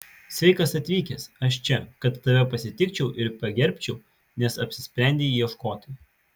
sveikas atvykęs aš čia kad tave pasitikčiau ir pagerbčiau nes apsisprendei ieškoti